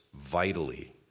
vitally